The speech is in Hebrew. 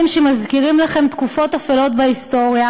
שמזכירים לכם תקופות אפלות בהיסטוריה,